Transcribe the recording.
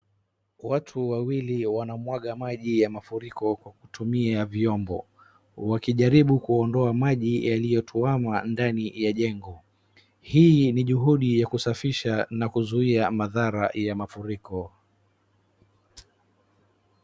Watu wawili wanamwaga maji ya mafuriko kwa kutumia vyombo, wakijaribu kuondoa maji yaliyotuama ndani ya jengo .Hii ni juhudi ya kusafisha na kuzuia madhara